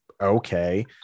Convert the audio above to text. Okay